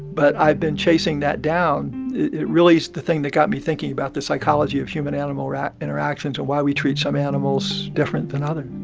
but i've been chasing that down. it really is the thing that got me thinking about the psychology of human-animal interactions and why we treat some animals different than other